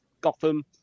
Gotham